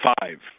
five